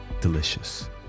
delicious